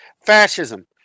fascism